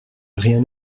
rien